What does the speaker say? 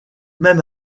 même